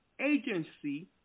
agency